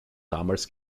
damals